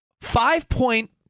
Five-point